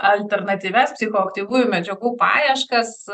alternatyvias psichoaktyvųjų medžiagų paieškas